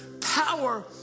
power